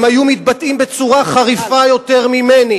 הם היו מתבטאים בצורה חריפה יותר ממני